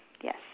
Yes